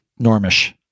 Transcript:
Normish